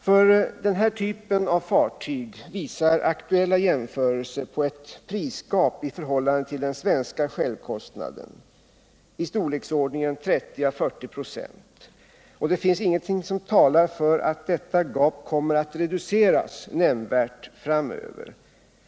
För dessa fartygstyper visar aktuella jämförelser på ett ”prisgap” i förhållande till den svenska självkostnaden av storleksordningen 30 å 40 4, och det finns inget som talar för att detta gap nämnvärt kommer att reduceras framöver.